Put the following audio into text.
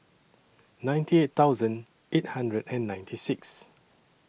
ninety eight thousand eight hundred and ninety six